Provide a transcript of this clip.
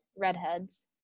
Redheads